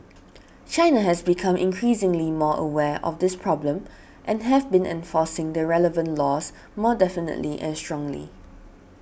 China has become increasingly more aware of this problem and have been enforcing the relevant laws more definitely and strongly